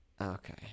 Okay